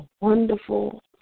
wonderful